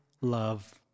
love